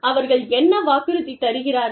அவர்கள் என்ன வாக்குறுதி தருகிறார்கள்